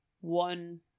one